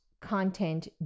content